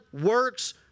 works